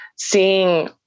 seeing